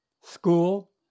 school